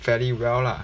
fairly well lah